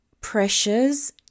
pressures